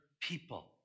people